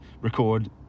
record